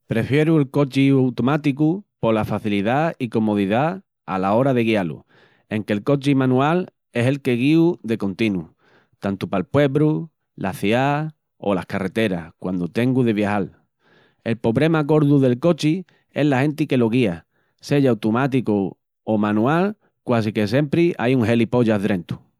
Prefieru'l cochi utomáticu pola facilidá i comodidá ala ora de guiá-lu, enque el cochi manual es el que guíu de continu, tantu pal puebru, la ciá, olas carreteras quandu tengu de viajal. El pobrema gordu del cochi es la genti que lo guía, seya utomáticu o manual quasique sempri ai un gelipollas drentu.